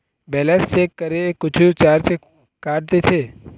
Balance check करें कुछू charge काट देथे?